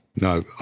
no